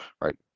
right